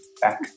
back